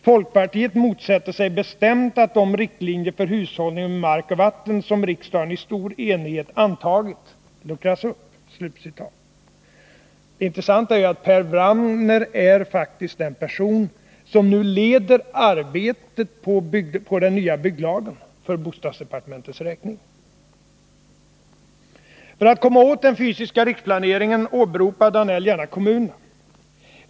Folkpartiet motsätter sig bestämt att de riktlinjer för hushållning med mark och vatten som riksdagen i stor enighet antagit luckras upp.” Det intressanta är att Per Wramner faktiskt är den person som nu leder arbetet på den nya bygglagen för bostadsdepartementets räkning. För att komma åt den fysiska riksplaneringen åberopar Georg Danell gärna kommunerna.